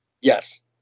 Yes